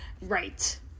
Right